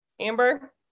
Amber